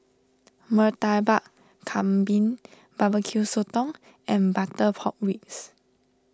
Murtabak Kambing BBQ Sotong and Butter Pork Ribs